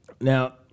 Now